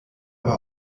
aber